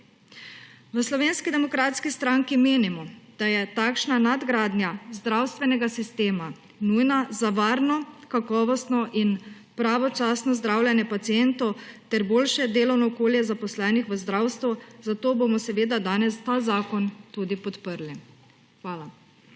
V Slovenski demokratski stranki menimo, da je takšna nadgradnja zdravstvenega sistema nujna za varno, kakovostno in pravočasno zdravljenje pacientov ter boljše delovno okolje zaposlenih v zdravstvu, zato bomo seveda danes ta zakon tudi podprli. Hvala.